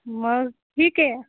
मग ठीक आहे